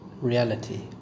reality